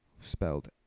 spelled